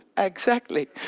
exactly.